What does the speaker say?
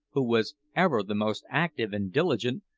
who was ever the most active and diligent,